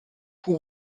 who